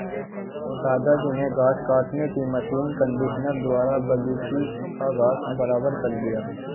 दादाजी ने घास काटने की मशीन कंडीशनर द्वारा बगीची का घास बराबर कर दिया